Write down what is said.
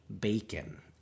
bacon